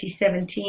2017